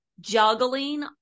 juggling